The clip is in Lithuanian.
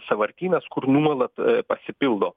sąvartynas kur nuolat pasipildo